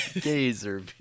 gazer